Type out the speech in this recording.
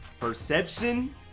perception